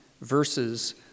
verses